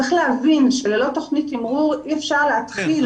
צריך להבין שללא תוכנית תמרור אי אפשר להתחיל